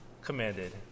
commanded